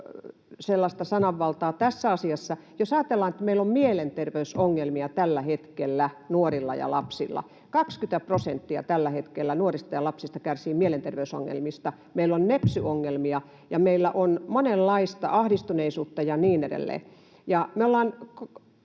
sellaista sananvaltaa tässä asiassa. Jos ajatellaan, että meillä on mielenterveysongelmia tällä hetkellä nuorilla ja lapsilla, 20 prosenttia tällä hetkellä nuorista ja lapsista kärsii mielenterveysongelmista, meillä on nepsy-ongelmia ja meillä on monenlaista ahdistuneisuutta ja niin edelleen